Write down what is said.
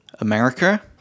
America